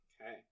Okay